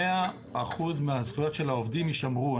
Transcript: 100% מהזכויות של העובדים יישמרו,